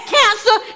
cancer